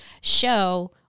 show